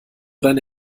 deine